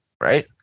right